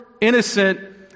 innocent